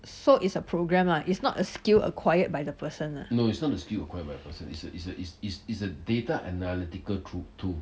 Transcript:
so is a programme ah is not a skill acquired by the person